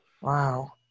wow